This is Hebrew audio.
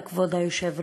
תודה, כבוד היושב-ראש.